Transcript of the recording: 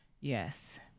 Yes